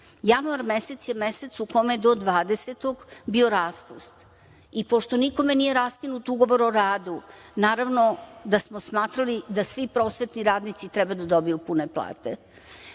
plate. Januar mesec je mesec u kome je do 20. bio raspust. Pošto nikome nije raskinut ugovor o radu, naravno da smo smatrali da svi prosvetni radnici treba da dobiju pune plate.